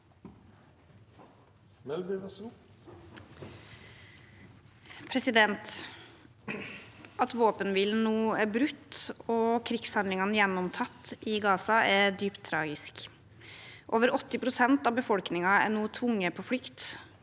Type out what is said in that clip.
At våpenhvilen nå er brutt og krigshandlingene gjenopptatt i Gaza, er dypt tragisk. Over 80 pst. av befolkningen er nå tvunget på flukt.